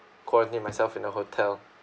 quarantine myself in the hotel